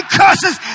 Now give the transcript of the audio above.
curses